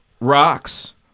Rocks